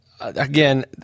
again